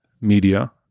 media